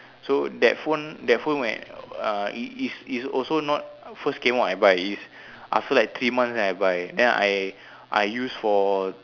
so that phone that phone where err it is is also not first came out I buy is after like three months then I buy then I I used for